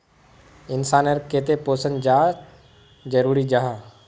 इंसान नेर केते पोषण चाँ जरूरी जाहा?